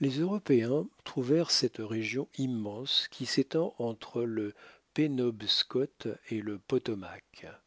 les européens trouvèrent cette région immense qui s'étend entre le penobscot et le potomac